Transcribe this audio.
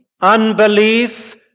unbelief